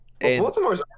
Baltimore's